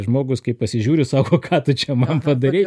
žmogus kai pasižiūri sako ką tu čia man padarei